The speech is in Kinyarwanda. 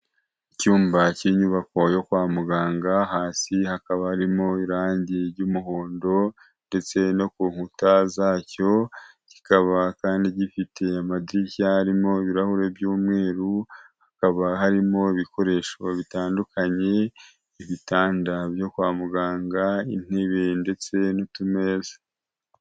Icyumba cy'inyubako yo kwa muganga ,hasi hakaba harimo irangi ry'umuhondo ndetse no ku nkuta zacyo kikaba kandi gifite amadirishya arimo ibirahuri by'umweru, hakaba harimo ibikoresho bitandukanye: ibitanda byo kwa muganga, intebe ndetse n'utumeza.